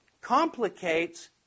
complicates